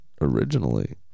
originally